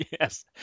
yes